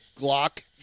Glock